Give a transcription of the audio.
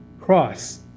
cross